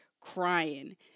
crying